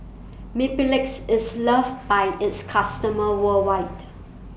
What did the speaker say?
Mepilex IS loved By its customers worldwide